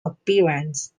appearance